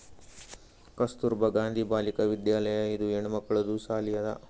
ಕಸ್ತೂರ್ಬಾ ಗಾಂಧಿ ಬಾಲಿಕಾ ವಿದ್ಯಾಲಯ ಇದು ಹೆಣ್ಮಕ್ಕಳದು ಸಾಲಿ ಅದಾ